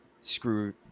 screw